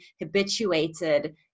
habituated